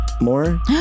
more